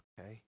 okay